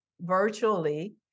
virtually